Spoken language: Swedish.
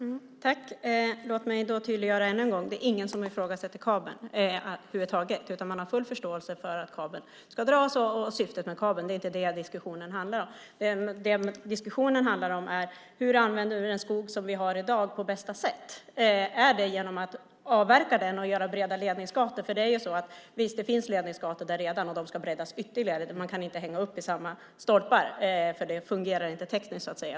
Fru talman! Låt mig tydliggöra ännu en gång att det inte är någon som ifrågasätter kabeln över huvud taget. Man har full förståelse för att kabeln ska dras och för syftet med kabeln. Det är inte det diskussionen handlar om. Diskussionen handlar om hur vi använder den skog som vi har i dag på bästa sätt. Är det genom att avverka den och göra breda ledningsgator? Visst är det så att det redan finns ledningsgator där, och de ska breddas ytterligare. Man kan inte hänga upp i samma stolpar, för det fungerar inte tekniskt.